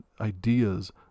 ideas